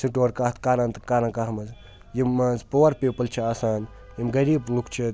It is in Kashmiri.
سٹور کَتھ کَرَن تہٕ کَرَن کَتھ منٛز یِم مان ژٕ پُوَر پیٖپٕل چھِ آسان یِم غریٖب لُکھ چھِ